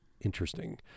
interesting